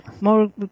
more